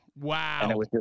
Wow